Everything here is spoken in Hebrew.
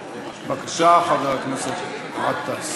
בבקשה, חבר הכנסת גטאס.